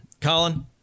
Colin